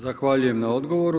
Zahvaljujem na odgovoru.